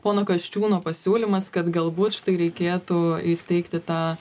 pono kasčiūno pasiūlymas kad galbūt štai reikėtų įsteigti tą